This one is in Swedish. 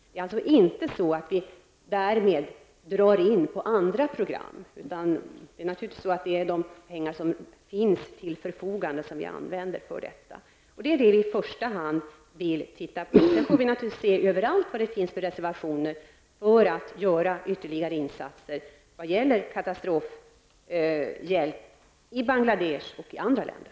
Det är alltså inte så att vi därmed drar in på andra program, utan det är naturligtvis de pengar som finns till förfogande som vi använder till detta. Och det är det som vi i första hand vill titta på. Sedan får vi naturligtvis titta överallt var det finns för reservationer för att göra ytterligare insatser när det gäller katastrofhjälp i Bangladesh och i andra länder.